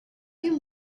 few